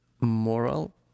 moral